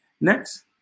Next